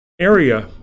area